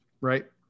Right